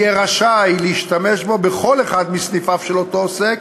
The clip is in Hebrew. יהיה רשאי להשתמש בו בכל אחד מסניפיו של אותו עוסק,